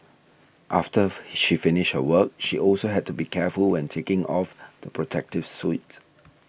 after she finished her work she also had to be careful when taking off the protective suit